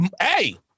Hey